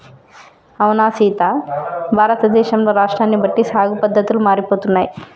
అవునా సీత భారతదేశంలో రాష్ట్రాన్ని బట్టి సాగు పద్దతులు మారిపోతున్నాయి